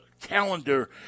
calendar